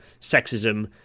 sexism